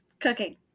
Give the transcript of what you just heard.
Cooking